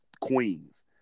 queens